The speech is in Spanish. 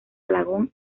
alagón